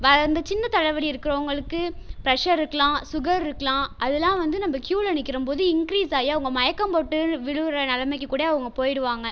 வேற அந்த சின்ன தலைவலி இருக்கிறவங்களுக்கு ப்ரெஷர் இருக்கலாம் சுகர் இருக்கலாம் அதெலாம் வந்து நம்ம க்யூவில் நிற்கிறம்போது இன்க்ரீஸ் ஆகி அவங்க மயக்கம் போட்டு விழுகிற நிலமைக்கு கூட அவங்க போயிடுவாங்கள்